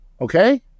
okay